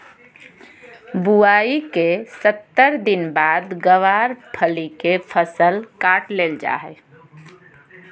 बुआई के सत्तर दिन बाद गँवार फली के फसल काट लेल जा हय